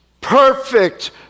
perfect